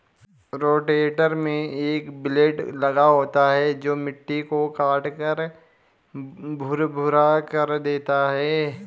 rotator में एक blade लगा होता है जो मिट्टी को काटकर भुरभुरा कर देता है